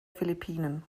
philippinen